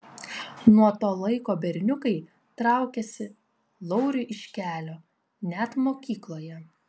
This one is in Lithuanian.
nuo to laiko berniukai traukėsi lauriui iš kelio net mokykloje